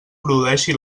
produeixi